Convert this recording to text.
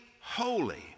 holy